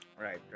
Right